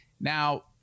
Now